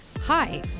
Hi